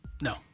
No